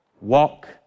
Walk